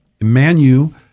Emmanuel